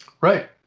Right